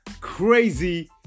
crazy